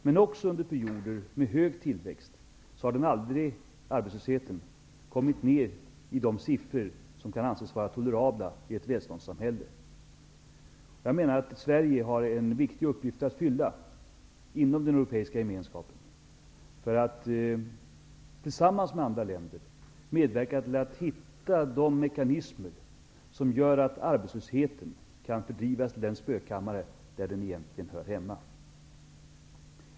Men inte heller under perioder med hög tillväxt har arbetslösheten kommit ner i de siffror som kan anses vara tolerabla i ett välståndssamhälle. Jag menar att Sverige har en viktig uppgift att fylla inom den europeiska gemenskapen för att tillsammans med andra länder medverka till att hitta de mekanismer som gör att arbetslösheten kan fördrivas till den spökkammare där den egentligen hör hemma.